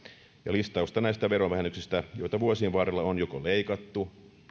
listausta näistä verovähennyksistä joita vuosien varrella on joko leikattu